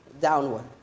downward